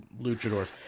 luchadors